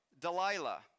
Delilah